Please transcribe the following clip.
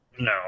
No